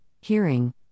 hearing